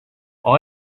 all